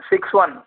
six one